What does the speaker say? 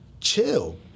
chill